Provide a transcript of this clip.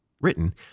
written